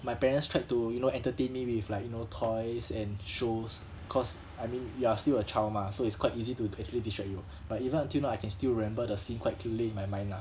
my parents tried to you know entertain me with like you know toys and shows cause I mean you are still a child mah so it's quite easy to actually distract you but even until now I can still remember the scene quite clearly in my mind lah